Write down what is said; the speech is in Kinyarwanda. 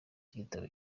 igitabo